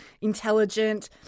intelligent